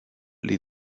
les